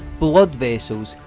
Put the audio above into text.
blood vessels,